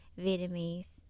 Vietnamese